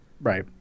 Right